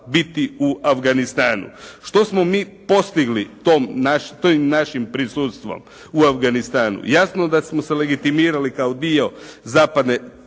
biti u Afganistanu? Što smo mi postigli tom, tim našim prisustvom u Afganistanu? Jasno da smo se legitimirali kao dio zapadne